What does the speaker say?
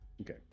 Okay